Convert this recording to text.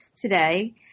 today